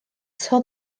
eto